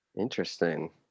Interesting